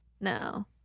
no